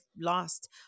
lost